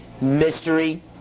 mystery